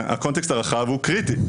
הקונטקסט הרחב הוא קריטי,